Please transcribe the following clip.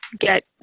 get